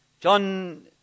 John